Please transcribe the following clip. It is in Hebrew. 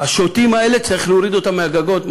השוטים האלה, צריך להוריד אותם מהגגות,